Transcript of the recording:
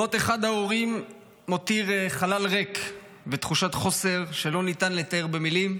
מות אחד ההורים מותיר חלל ריק ותחושת חוסר שלא ניתן לתאר במילים.